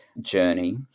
journey